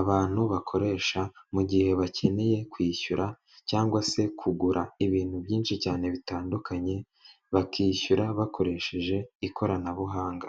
abantu bakoresha mu gihe bakeneye kwishyura, cyangwa se kugura ibintu byinshi cyane bitandukanye, bakishyura bakoresheje ikoranabuhanga.